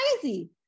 crazy